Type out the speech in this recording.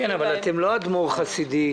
אבל אתם לא אדמו"ר חרדי,